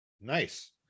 Nice